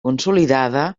consolidada